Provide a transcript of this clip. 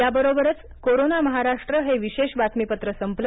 याबरोबरच कोरोना महाराष्ट्र हे विशेष बातमीपत्र संपलं